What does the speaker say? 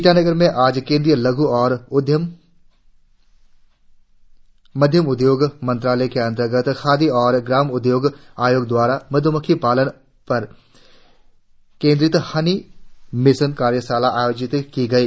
ईटानगर में आज केंद्रीय लघु और मध्यम उद्योग मंत्रालय के अंतर्गत खादी और ग्राम उद्योग आयोग द्वारा मधुमक्खी पालन पर केंद्रित हानी मिशन कार्याशाला आयोजित की गई